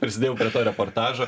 prisidėjau prie to reportažo